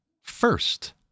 first